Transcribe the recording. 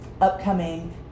upcoming